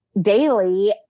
daily